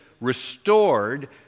restored